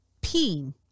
peeing